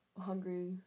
hungry